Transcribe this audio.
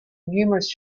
numerous